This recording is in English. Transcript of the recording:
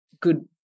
good